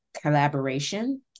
Collaboration